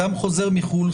אדם חוזר מחו"ל,